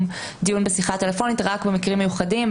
דיון בשיחה טלפונית רק במקרים מיוחדים,